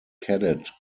cadet